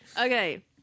Okay